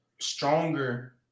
stronger